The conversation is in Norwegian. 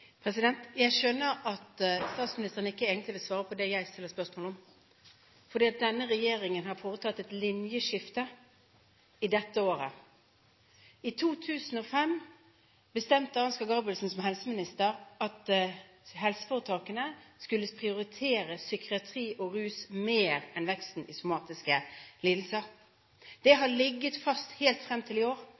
Jeg skjønner at statsministeren ikke egentlig vil svare på det jeg stiller spørsmål om. Denne regjeringen har foretatt et linjeskifte dette året. I 2005 bestemte Ansgar Gabrielsen – som helseminister – at helseforetakene skulle prioritere psykiatri og rus mer enn veksten innen somatiske lidelser. Det har ligget fast helt frem til i år.